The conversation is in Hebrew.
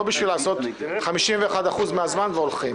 לא בשביל לעשות 51% מהזמן והולכים.